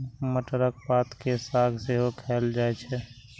मटरक पात केर साग सेहो खाएल जाइ छै